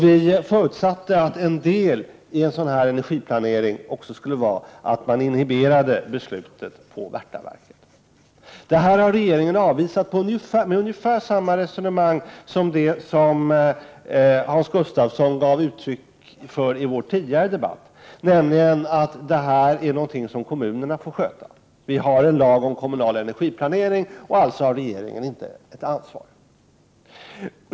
Vi förutsatte att en del i en sådan energiplanering skulle vara att man inhiberade beslutet om Värtanverket. Detta har regeringen avvisat, med ungefär samma resonemang som det som Hans Gustafsson gav uttryck för i vår tidigare debatt, nämligen att det här är någonting som kommunerna själva får sköta. Vi har en lag om kommunal energiplanering, och alltså har regeringen inget ansvar.